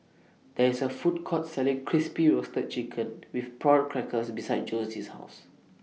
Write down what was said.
There IS A Food Court Selling Crispy Roasted Chicken with Prawn Crackers beside Josie's House